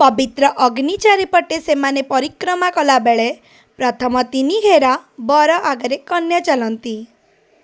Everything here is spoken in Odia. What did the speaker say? ପବିତ୍ର ଅଗ୍ନି ଚାରିପଟେ ସେମାନେ ପରିକ୍ରମା କଲାବେଳେ ପ୍ରଥମ ତିନି ଘେରା ବର ଆଗରେ କନ୍ୟା ଚାଲନ୍ତି